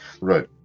Right